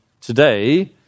today